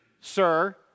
sir